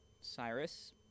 Cyrus